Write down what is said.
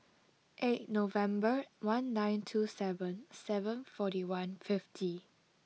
eight November one nine two seven seven forty one fifty